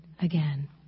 again